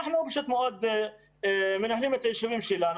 אנחנו פשוט מאוד מנהלים את היישובים שלנו